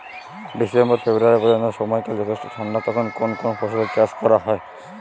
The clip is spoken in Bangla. ডিসেম্বর ফেব্রুয়ারি পর্যন্ত সময়কাল যথেষ্ট ঠান্ডা তখন কোন কোন ফসলের চাষ করা হয়?